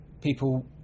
people